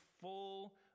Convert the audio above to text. full